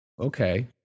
okay